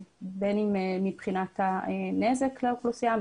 בין אם מבחינת הנזק לאוכלוסייה,